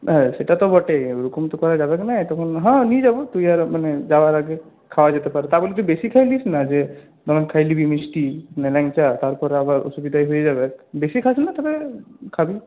হ্যাঁ সেটা তো বটে ওরকম তো করা যাবে না না হ্যাঁ নিয়ে যাব তুই আর মানে যাওয়ার আগে খাওয়া যেতে পারে তা বলে তুই বেশি খেয়ে নিস না যে অনেক খেয়ে নিবি মিষ্টি মানে ল্যাংচা তার পরে আবার অসুবিধাই হয়ে যাবে বেশি খাস না তবে খাবি